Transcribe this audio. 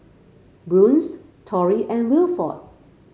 Bruce Tory and Wilford